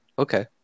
Okay